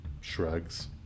shrugs